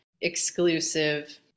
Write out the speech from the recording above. exclusive